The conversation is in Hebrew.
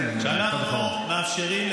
אני רוצה להפסיק, אבל אני לא מצליח להשלים.